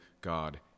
God